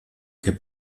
que